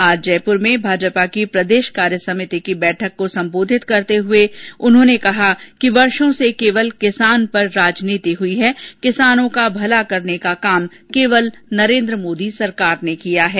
आज जयपुर में भाजपा की प्रदेश कार्यसिमिति की बैठक को सम्बोधित करते हुए उन्होंने कहा कि वर्षो से केवल किसान पर राजनीति हुई है किसानों का भला करने का काम केवल नरेंद्र मोदी सरकार ने किया है